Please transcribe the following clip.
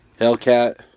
Hellcat